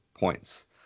points